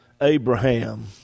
Abraham